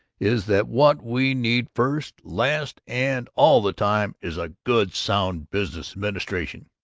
is that what we need first, last, and all the time is a good, sound business administration!